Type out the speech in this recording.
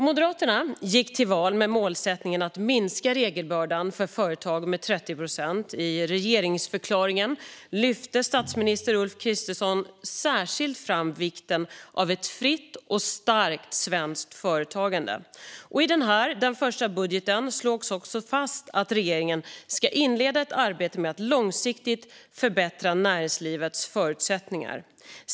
Moderaterna gick till val med målsättningen att minska regelbördan för företag med 30 procent. I regeringsförklaringen lyfte statsminister Ulf Kristersson särskilt fram vikten av ett fritt och starkt svenskt företagande. I den här första budgeten slås också fast att regeringen ska inleda ett arbete med att långsiktigt förbättra näringslivets förutsättningar.